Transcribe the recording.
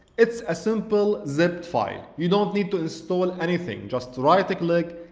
it's a simple zipped file you don't need to install anything just right click,